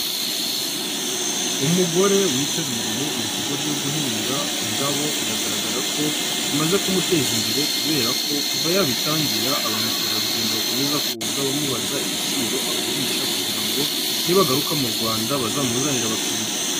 Umugore witabiriye ibikorwa byo guhinga indabo, biragaragara ko bimaze kumuteza imbere kubera ko kuva yabitangira, ba mukerarugendo bakomeza kuza bamubaza igiciro agurisha kugira ngo nibagaruka mu Rwanda bazamuzanire abakiriya.